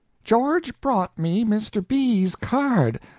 george brought me mr. b s card.